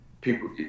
people